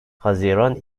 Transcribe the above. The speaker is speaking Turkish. haziran